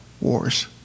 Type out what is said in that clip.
wars